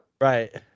Right